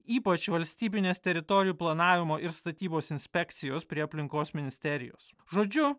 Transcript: ypač valstybinės teritorijų planavimo ir statybos inspekcijos prie aplinkos ministerijos žodžiu